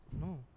no